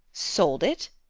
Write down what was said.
sold it?